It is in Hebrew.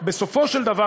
בסופו של דבר,